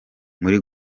muri